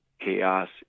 chaos